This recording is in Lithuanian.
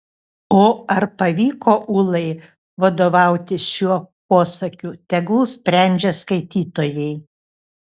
o ar pavyko ūlai vadovautis šiuo posakiu tegul sprendžia skaitytojai